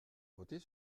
voter